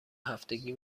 هفتگی